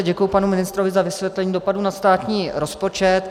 Děkuji panu ministrovi za vysvětlení dopadu na státní rozpočet.